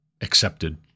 accepted